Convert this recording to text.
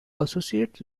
associates